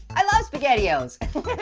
i love spaghetti-os.